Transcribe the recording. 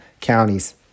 counties